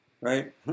Right